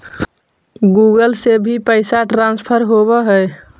Google से भी पैसा ट्रांसफर होवहै?